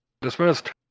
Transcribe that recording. dismissed